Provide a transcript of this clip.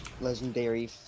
legendary